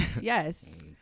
Yes